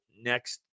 next